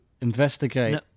investigate